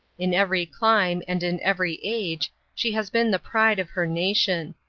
in every clime, and in every age, she has been the pride of her nation.